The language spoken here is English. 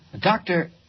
Doctor